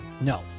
No